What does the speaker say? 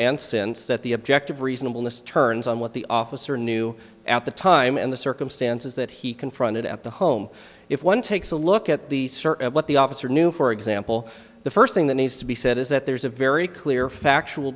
and since that the object of reasonableness turns on what the officer knew at the time and the circumstances that he confronted at the home if one takes a look at the search and what the officer knew for example the first thing that needs to be said is that there's a very clear factual